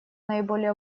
наиболее